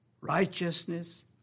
righteousness